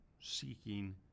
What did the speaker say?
seeking